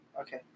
Okay